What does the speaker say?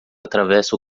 atravessa